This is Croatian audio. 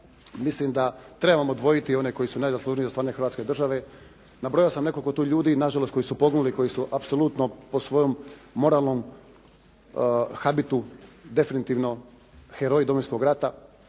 Mislim da trebamo odvojiti one koji su najzaslužniji za stvaranje Hrvatske države. Nabrojio sam nekoliko tu ljudi nažalost koji su poginuli, koji su apsolutno po svojem moralnom habitu definitivno heroji Domovinskog rata.